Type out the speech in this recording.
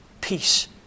Peace